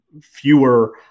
fewer